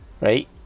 right